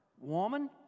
Woman